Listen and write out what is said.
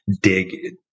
dig